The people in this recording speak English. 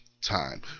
time